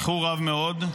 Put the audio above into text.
איחור רב מאוד,